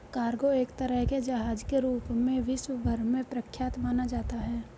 cargo एक तरह के जहाज के रूप में विश्व भर में प्रख्यात माना जाता है